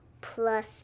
plus